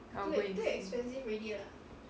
I'll go and see